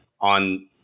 on